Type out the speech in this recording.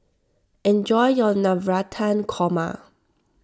enjoy your Navratan Korma